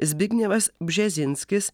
zbignevas bžezinskis